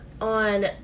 on